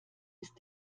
ist